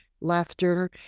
laughter